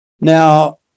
now